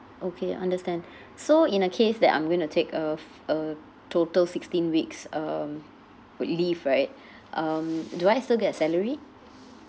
okay understand so in a case that I'm going to take uh f~ uh total sixteen weeks um of leave right um do I still get a salary